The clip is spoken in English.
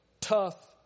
tough